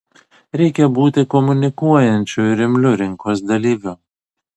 reikia būti komunikuojančiu ir imliu rinkos dalyviu